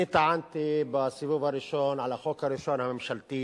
טענתי בסיבוב הראשון על החוק הראשון, הממשלתי,